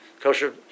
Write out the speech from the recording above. kosher